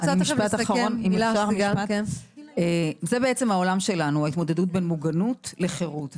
זה העולם שלנו, ההתמודדות בין מוגנות לבין חירות.